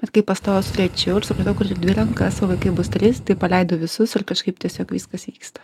bet kai pastojau su trečiu ir supratau kad dvi rankas o vaikai bus trys tai paleidau visus ir kažkaip tiesiog viskas vyksta